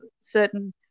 certain